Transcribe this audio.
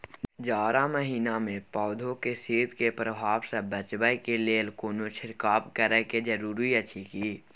जारा महिना मे पौधा के शीत के प्रभाव सॅ बचाबय के लेल कोनो छिरकाव करय के जरूरी अछि की?